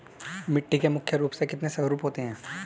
मिट्टी के मुख्य रूप से कितने स्वरूप होते हैं?